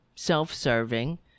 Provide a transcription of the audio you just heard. self-serving